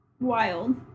wild